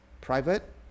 private